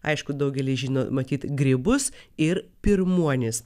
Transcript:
aišku daugelis žino matyt grybus ir pirmuonis